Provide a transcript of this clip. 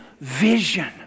vision